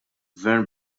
gvern